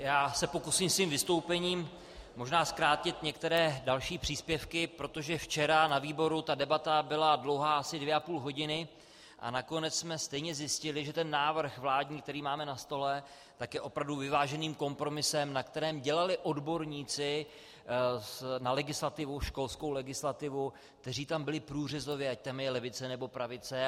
Já se pokusím svým vystoupením možná zkrátit některé další příspěvky, protože včera na výboru byla debata dlouhá asi dvě a půl hodiny a nakonec jsme stejně zjistili, že ten vládní návrh, který máme na stole, je opravdu vyváženým kompromisem, na kterém dělali odborníci na školskou legislativu, kteří tam byli průřezově, ať tam je levice, nebo pravice.